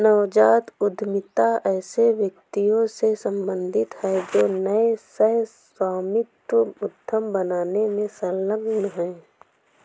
नवजात उद्यमिता ऐसे व्यक्तियों से सम्बंधित है जो नए सह स्वामित्व उद्यम बनाने में संलग्न हैं